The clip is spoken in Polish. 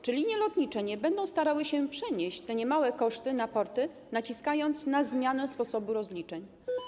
Czy linie lotnicze nie będą starały się przenieść tych niemałych kosztów na porty, naciskając na zmianę sposobu rozliczeń?